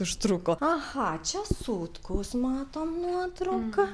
užtruko aha čia sutkaus matom nuotrauką